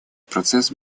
процесс